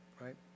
Right